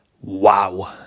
Wow